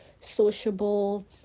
sociable